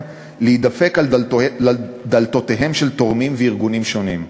להתדפק על דלתותיהם של תורמים וארגונים שונים.